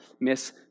miss